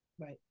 Right